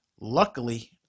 Luckily